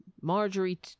Marjorie